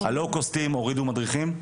ה- low costהורידו מדריכים.